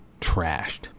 trashed